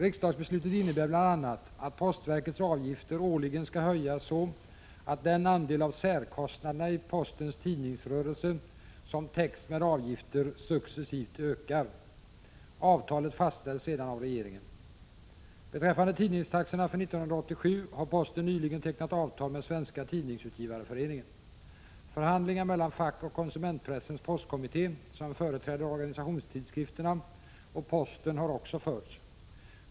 Riksdagsbeslutet innebär bl.a. att postverkets avgifter årligen skall höjas så att den andel av särkostnaderna i postens tidningsrörelse som täcks med avgifter successivt ökar. Avtalet fastställs sedan av regeringen. Beträffande tidningstaxorna för 1987 har posten nyligen tecknat avtal med Svenska Tidningsutgivareföreningen. Förhandlingar mellan Fackoch Konsumentpressens Postkommitté, som företräder organisationstidskrifterna, och posten har också förts.